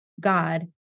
God